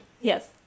Yes